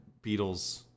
Beatles